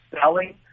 selling